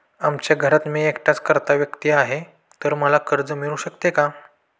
आमच्या घरात मी एकटाच कर्ता व्यक्ती आहे, तर मला कर्ज मिळू शकते का?